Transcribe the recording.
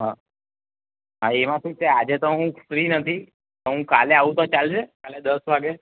હં હા એમાં શું છે આજે તો હું ફ્રી નથી પણ હું કાલે આવું તો ચાલશે કાલે દસ વાગ્યે